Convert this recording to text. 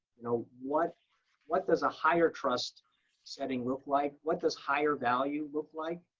you know what what does a higher-trust setting look like? what does higher value look like?